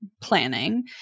planning